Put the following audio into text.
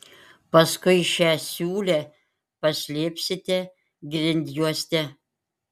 paskui šią siūlę paslėpsite grindjuoste